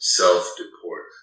self-deport